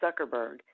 Zuckerberg